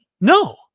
No